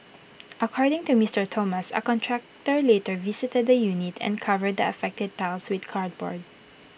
according to Mister Thomas A contractor later visited the unit and covered the affected tiles with cardboard